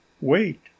wait